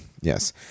yes